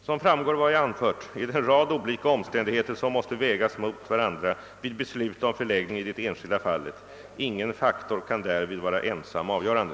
Som framgår av vad jag anfört är det en rad olika omständigheter, som måste vägas mot varandra vid beslut om förläggning i det enskilda fallet. Ingen faktor kan därvid vara ensam avgörande.